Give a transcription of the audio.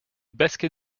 basket